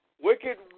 Wicked